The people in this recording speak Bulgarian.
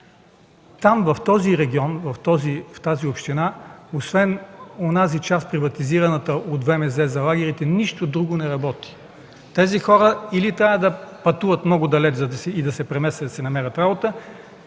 Там, в този регион, в тази община, освен приватизираната част от ВМЗ – за лагерите, нищо друго не работи. Тези хора или трябва да пътуват много далече, или да се преместят и да си намерят работа,